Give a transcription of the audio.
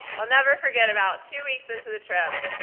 i'll never forget about two weeks in to the trip,